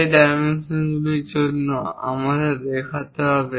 সেই ডাইমেনশনগুলির জন্য আমাদের দেখাতে হবে